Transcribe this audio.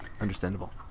Understandable